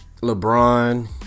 LeBron